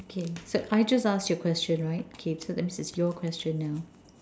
okay so I just asked you a question right okay so that means it's your question now